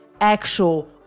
actual